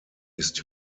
ist